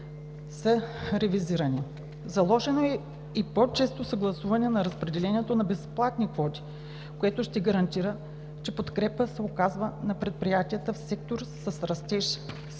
ревизирани. Заложено е по-често съгласуване на разпределението на безплатните квоти, което ще гарантира, че подкрепа се оказва на предприятията и секторите с растеж. Списъкът